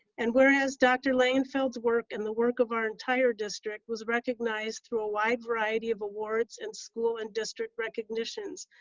and whereas dr. langenfeld's work in the work of our entire district was recognized for a wide variety of awards in school and district recognitions,